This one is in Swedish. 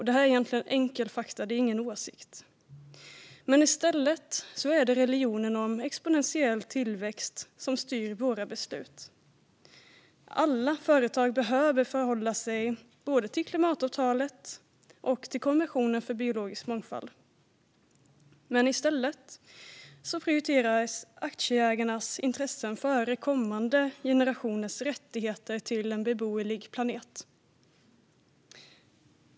Det är enkla fakta och ingen åsikt. Men i stället är det religionen om exponentiell tillväxt som styr våra beslut. Alla företag behöver förhålla sig både till klimatavtalet och till konventionen om biologisk mångfald, men i stället prioriteras aktieägarnas intressen före kommande generationers rättigheter till en beboelig planet.